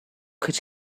could